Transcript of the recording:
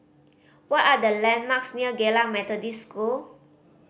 what are the landmarks near Geylang Methodist School